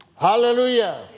Hallelujah